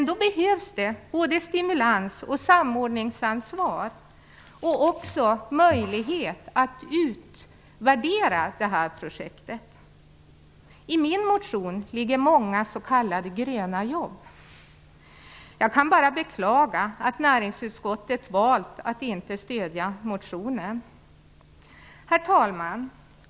Då behövs både stimulans och samordningsansvar samt möjlighet att utvärdera projektet. I min motion finns många s.k. gröna jobb. Jag kan bara beklaga att näringsutskottet har valt att inte stödja motionen. Herr talman!